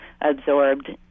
absorbed